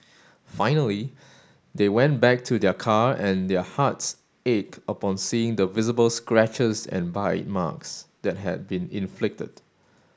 finally they went back to their car and their hearts ached upon seeing the visible scratches and bite marks that had been inflicted